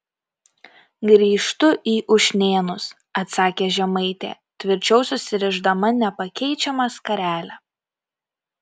grįžtu į ušnėnus atsakė žemaitė tvirčiau susirišdama nepakeičiamą skarelę